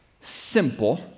simple